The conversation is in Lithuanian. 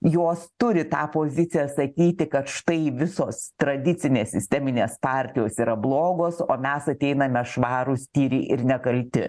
jos turi tą poziciją sakyti kad štai visos tradicinės sisteminės partijos yra blogos o mes ateiname švarūs tyri ir nekalti